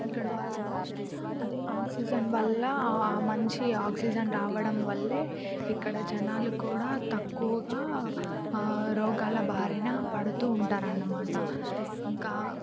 ఇక్కడ వాళ్ళు అదే ఆక్సిజన్ వల్ల మంచి ఆక్సిజన్ రావడం వల్లే ఇక్కడ జనాలు కూడా తక్కువగా రోగాల భారిన పడుతూ ఉంటారనమాట ఇంకా